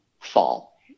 Fall